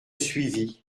suivit